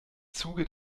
zuge